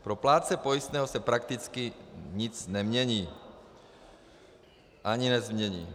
Pro plátce pojistného se prakticky nic nemění ani nezmění.